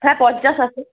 হ্যাঁ পঞ্চাশ আছে